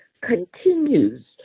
continues